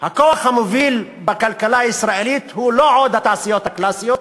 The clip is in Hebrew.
הכוח המוביל בכלכלה הישראלית הוא לא עוד התעשיות הקלאסיות,